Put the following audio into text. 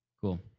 Cool